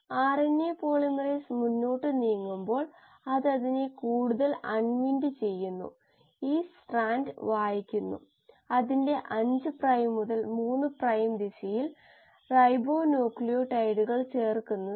പിന്നെ നമ്മൾ enzyme immobilisation കണ്ടു അതിലൂടെ നമുക്ക് എൻസൈമിന് കേടുപാടുകൾ കുറയ്ക്കാൻ കഴിയും പക്ഷേ അത് ചിലവുള്ളതാണ്